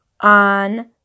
on